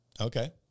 Okay